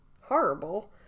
horrible